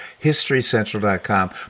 historycentral.com